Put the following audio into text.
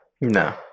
No